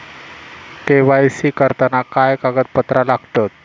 KYC करताना काय कागदपत्रा लागतत?